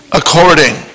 according